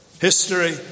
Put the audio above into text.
History